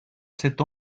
cet